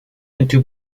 into